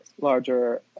larger